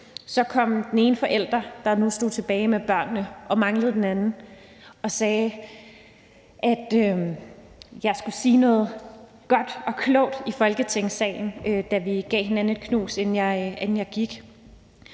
kom den ene forælder, der nu stod tilbage med børnene og manglede den anden, og sagde, at jeg skulle sige noget godt og klogt i Folketingssalen, da vi gav hinanden et knus, inden jeg gik.